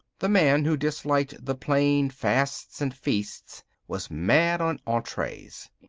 the man who disliked the plain fasts and feasts was mad on entrees.